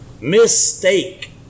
Mistake